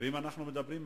ואם אנחנו מדברים,